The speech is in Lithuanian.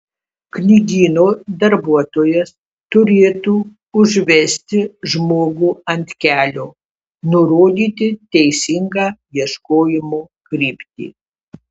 knygyno darbuotojas turėtų užvesti žmogų ant kelio nurodyti teisingą ieškojimo kryptį